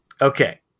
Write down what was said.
Okay